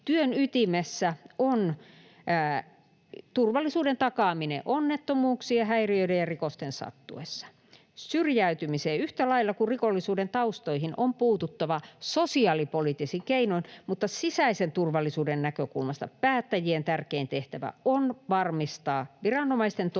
työn ytimessä on turvallisuuden takaaminen onnettomuuksien, häiriöiden ja rikosten sattuessa. Syrjäytymiseen, yhtä lailla kuin rikollisuuden taustoihin, on puututtava sosiaalipoliittisin keinoin, mutta sisäisen turvallisuuden näkökulmasta päättäjien tärkein tehtävä on varmistaa viranomaisten toimintakyky